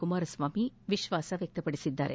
ಕುಮಾರ ಸ್ವಾಮಿ ವಿಶ್ವಾಸ ವ್ಯಕ್ತಪಡಿಸಿದ್ದಾರೆ